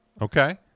Okay